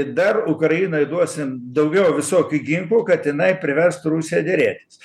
dar ukrainai duosim daugiau visokių ginklų kad jinai priverstų rusiją derėtis